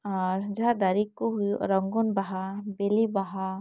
ᱟᱨ ᱡᱟᱦᱟᱸ ᱫᱟᱨᱮ ᱠᱚ ᱦᱩᱭᱩᱜᱼᱟ ᱨᱚᱝᱜᱚᱱ ᱵᱟᱦᱟ ᱵᱤᱞᱤ ᱵᱟᱦᱟ